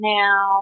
now